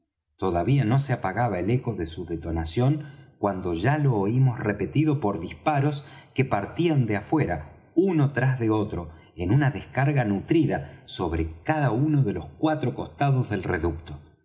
todavía no se apagaba el eco de su detonación cuando ya lo oímos repetido por disparos que partían de afuera uno tras de otro en una descarga nutrida sobre cada uno de los cuatro costados del reducto